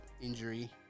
injury